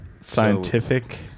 scientific